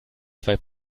zwei